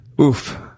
oof